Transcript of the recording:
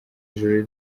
ijoro